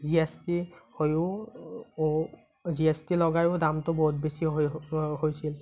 G S T হৈও G S T লগাইও বহুত বেছি হৈছিল